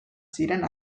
ziren